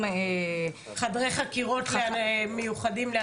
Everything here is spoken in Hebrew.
--- חדרי חקירות מיוחדים לאנשים עם מוגבלויות.